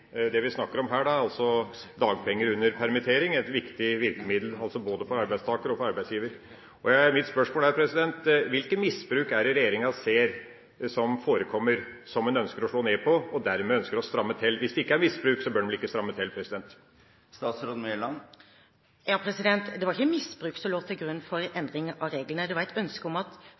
Det vi snakker om her, er altså dagpenger under permittering, som er et viktig virkemiddel både for arbeidstaker og for arbeidsgiver. Mitt spørsmål er: Hvilket misbruk er det regjeringa ser forekommer her, som en ønsker å slå ned på og dermed ønsker å stramme til? Hvis det ikke er misbruk, så bør en vel ikke stramme til? Det var ikke misbruk som lå til grunn for en endring av reglene; det var et ønske om at